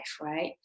right